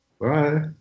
Bye